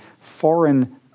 foreign